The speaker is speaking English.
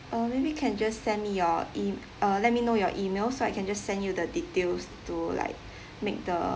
or maybe can just send your e~ uh let me know your email so I can just send you the details to like make the